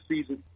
season